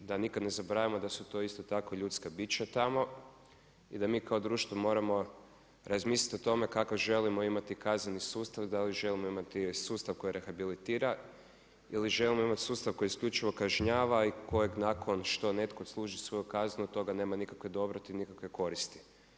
Da nikad ne zaboravimo da su isto tako ljudska bića tamo, i da mi kao društvo moramo razmisliti o tome kakav želimo imati kazneni sustav, dal i želimo imati sustav koji rehabilitira ili želimo imati sustav koji isključivo kažnjava i kojeg nakon što netko odsluži svoju kaznu, od toga nema nikakve dobrobiti, nikakve koristi.